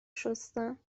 شستم